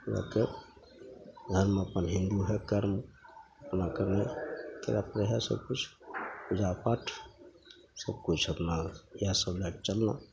हमराके धर्म अपन हिन्दू हइ कर्म हमरा करिहे करै पड़ै हइ सबकिछु पूजापाठ सबकिछु अपना इएहसब लैके चललहुँ